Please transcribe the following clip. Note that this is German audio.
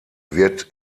wird